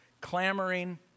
clamoring